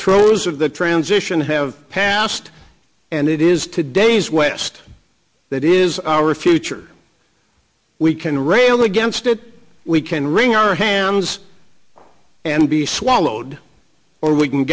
throes of the transition have passed and it is today's west that is our future we can rail against it we can wring our hands and be swallowed or we can